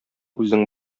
үзең